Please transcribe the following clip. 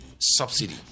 subsidy